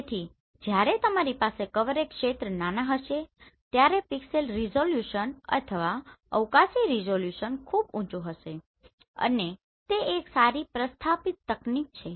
તેથી જ્યારે તમારી પાસે કવરેજ ક્ષેત્ર નાના હશે ત્યારે પિક્સેલ રીઝોલ્યુશન અથવા અવકાશી રીઝોલ્યુશન ખૂબ ઊચું હશે અને તે એક સારી પ્રસ્થાપિત તકનીક છે